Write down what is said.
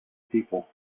people